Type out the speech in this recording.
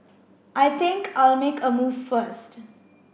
I think I'll make a move first